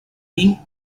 being